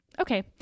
okay